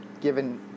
given